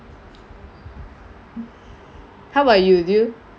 how about you do you